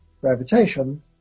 gravitation